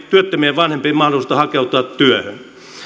työttömien vanhempien mahdollisuutta hakeutua työhön